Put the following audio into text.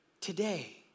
today